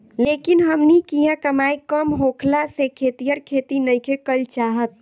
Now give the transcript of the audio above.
लेकिन हमनी किहाँ कमाई कम होखला से खेतिहर खेती नइखे कईल चाहत